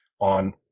on